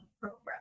program